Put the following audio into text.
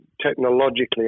technologically